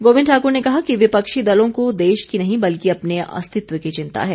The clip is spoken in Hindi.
गोबिंद ठाक्र ने कहा कि विपक्षी दलों को देश की नहीं बल्कि अपने अस्तित्व की चिंता है